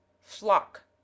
Flock